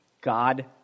God